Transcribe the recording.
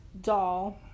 doll